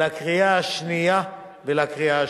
לקריאה השנייה ולקריאה השלישית.